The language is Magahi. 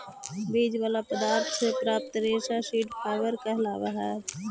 बीज वाला पदार्थ से प्राप्त रेशा सीड फाइबर कहलावऽ हई